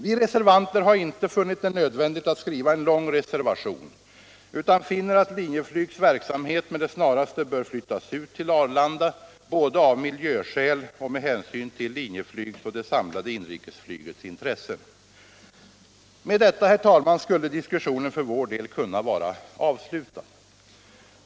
Vi reservanter har inte funnit det nödvändigt att skriva en lång reservation utan finner att Linjeflygs verksamhet med det snaraste bör flyttas ut till Arlanda, både av miljöskäl och med hänsyn till Linjeflygs och 'det samlade inrikesflygets intressen. Med detta, herr talman, skulle diskussionen för vår del kunna vara avslutad.